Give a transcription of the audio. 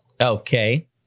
Okay